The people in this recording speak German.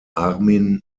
armin